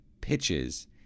pitches